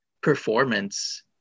performance